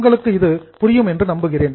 உங்களுக்கு இது புரியும் என்று நம்புகிறேன்